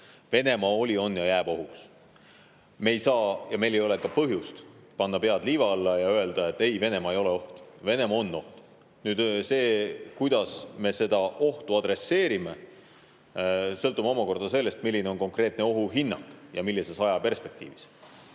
Venemaa oli, on ja jääb ohuks. Meil ei ole ka põhjust panna pead liiva alla ja öelda, et ei, Venemaa ei ole oht. Venemaa on oht. See, kuidas me seda ohtu adresseerime, sõltub sellest, milline on konkreetne ohuhinnang ja millises ajaperspektiivis